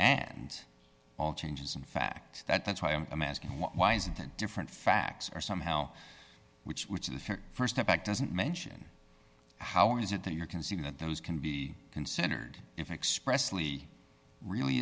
and all changes in fact that that's why i'm asking why is it that different facts are somehow which which in the st impact doesn't mention how is it that you can see that those can be considered if expressly really